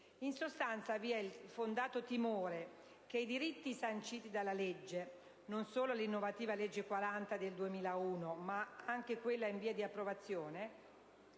In sostanza, vi è il fondato timore che i diritti sanciti dalla legge - non solo dall'innovativa legge n. 40 del 2001, ma anche quella in via di approvazione